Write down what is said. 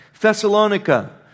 Thessalonica